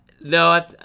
No